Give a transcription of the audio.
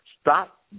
Stop